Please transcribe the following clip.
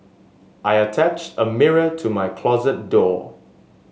I attached a mirror to my closet door